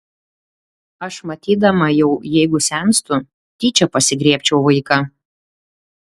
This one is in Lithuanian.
aš matydama jau jeigu senstu tyčia pasigriebčiau vaiką